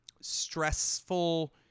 stressful